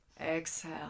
Exhale